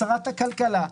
לשרת הכלכלה,